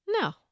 No